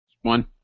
One